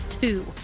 two